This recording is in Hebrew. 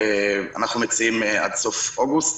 אנחנו מציעים עד סוף אוגוסט.